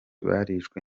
barishwe